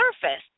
surface